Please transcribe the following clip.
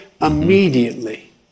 immediately